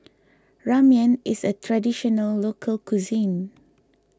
Ramen is a Traditional Local Cuisine